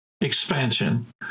expansion